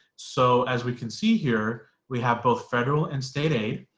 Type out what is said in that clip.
so as we can see here we have both federal and state aid